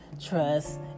trust